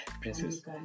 Princess